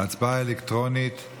ההצבעה אלקטרונית.